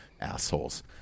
assholes